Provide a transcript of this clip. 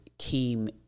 Came